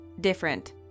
different